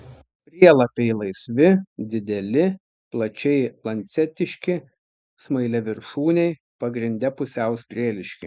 prielapiai laisvi dideli plačiai lancetiški smailiaviršūniai pagrinde pusiau strėliški